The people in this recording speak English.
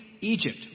Egypt